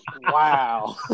Wow